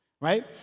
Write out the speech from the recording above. Right